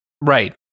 right